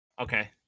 Okay